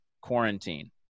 quarantine